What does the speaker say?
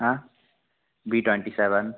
हाँ V twenty seven